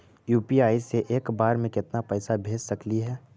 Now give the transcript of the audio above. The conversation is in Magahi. यु.पी.आई से एक बार मे केतना पैसा भेज सकली हे?